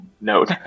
note